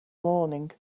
morning